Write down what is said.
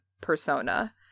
persona